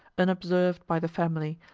unobserved by the family,